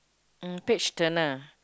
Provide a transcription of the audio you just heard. mm page turner